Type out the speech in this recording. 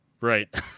right